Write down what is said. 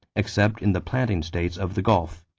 except in the planting states of the gulf.